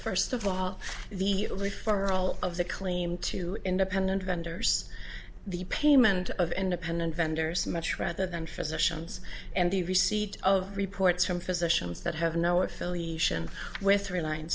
first of all the only for all of the claim to independent vendors the payment of independent vendors much rather than physicians and the receipt of reports from physicians that have no affiliation with